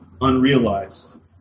unrealized